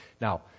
Now